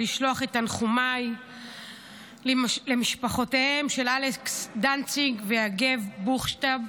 לשלוח את תנחומיי למשפחותיהם של אלכס דנציג ויגב בוכשטב,